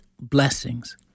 blessings